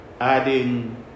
adding